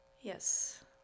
Yes